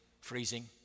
Freezing